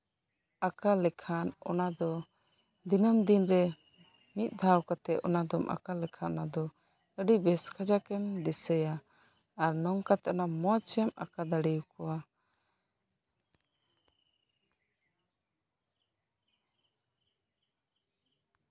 ᱟᱠᱟ ᱞᱮᱠᱷᱟᱱ ᱚᱱᱟ ᱫᱚ ᱫᱤᱱᱟᱹᱢ ᱫᱤᱱ ᱨᱮ ᱢᱤᱫ ᱫᱷᱟᱣ ᱠᱟᱛᱮ ᱚᱱᱟᱫᱚᱢ ᱟᱸᱠᱟ ᱞᱮᱠᱷᱟᱱ ᱚᱱᱟ ᱫᱚ ᱟᱹᱰᱤ ᱵᱮᱥ ᱠᱟᱡᱟᱠᱮᱢ ᱫᱤᱥᱟᱹᱭᱟ ᱟᱨ ᱱᱚᱝᱠᱟ ᱚᱱᱟ ᱢᱚᱸᱡᱮᱢ ᱟᱸᱠᱟ ᱫᱟᱲᱮᱣᱟᱠᱚᱣᱟ